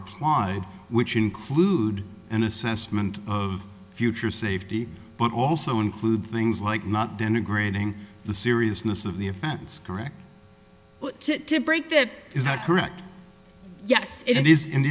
applied which include an assessment of future safety but also include things like not denigrating the seriousness of the offense correct to break that is not correct yes it is and